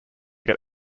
get